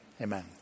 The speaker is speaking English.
amen